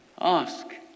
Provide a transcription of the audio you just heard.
ask